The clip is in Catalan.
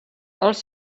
els